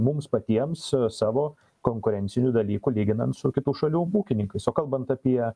mums patiems savo konkurencinių dalykų lyginant su kitų šalių ūkininkais o kalbant apie